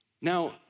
Now